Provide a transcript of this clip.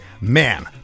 man